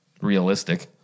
realistic